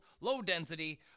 low-density